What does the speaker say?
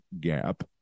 gap